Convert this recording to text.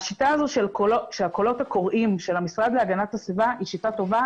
השיטה הזאת של הקולות הקוראים של המשרד להגנת הסביבה היא שיטה טובה,